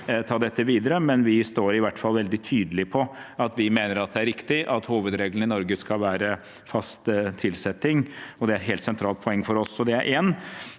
vi står i hvert fall veldig tydelig på at vi mener det er riktig at hovedregelen i Norge skal være fast tilsetting, og det er et helt sentralt poeng for oss.